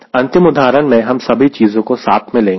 अंतिम उदाहरण में हम सभी चीजों को साथ में लेंगे